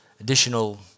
additional